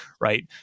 right